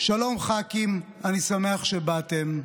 // שלום ח"כים, אני שמח שבאתם,